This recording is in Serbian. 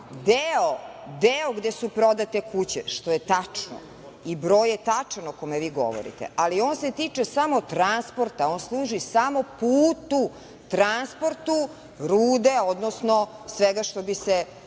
Deo gde su prodate kuće, što je tačno i broj je tačan o kome vi govorite, ali on se tiče samo transporta, on služi samo putu, transportu rude, odnosno svega što bi se